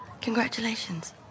Congratulations